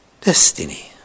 destiny